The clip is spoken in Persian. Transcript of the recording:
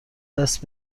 دست